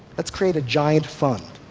let's create a giant fund.